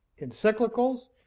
encyclicals